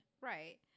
Right